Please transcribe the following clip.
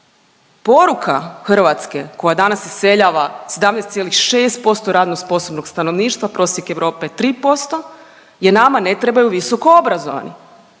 Poruka Hrvatske koja danas iseljava 17,6% radno sposobnog stanovništva prosjek Europe je 3% je nama ne trebaju visoko obrazovani.